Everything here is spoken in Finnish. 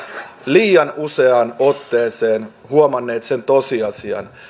liian useaan otteeseen huomanneet sen tosiasian